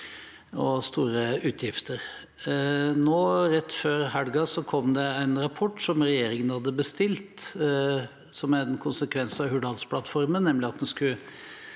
og store utgifter. Rett før helgen kom det en rapport som regjeringen hadde bestilt som en konsekvens av Hurdalsplattformen, nemlig at en skulle